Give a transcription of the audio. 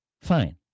Fine